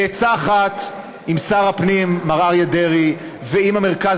בעצה אחת עם שר הפנים מר אריה דרעי ועם המרכז